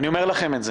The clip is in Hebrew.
אני אומר לכם את זה